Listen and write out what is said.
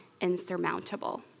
insurmountable